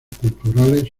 culturales